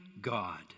God